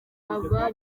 aba